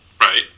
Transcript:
Right